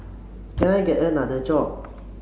can I get another job